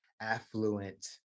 affluent